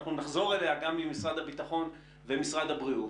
אנחנו נחזור אליה גם עם משרד הביטחון ומשרד הבריאות.